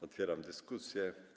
Otwieram dyskusję.